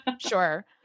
Sure